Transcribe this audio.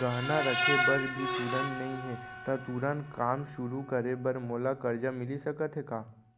गहना रखे बर भी तुरंत नई हे ता तुरंत काम शुरू करे बर मोला करजा मिलिस सकत हे का?